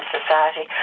Society